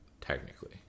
technically